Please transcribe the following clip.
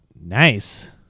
Nice